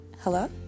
Hello